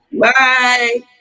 Bye